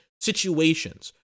situations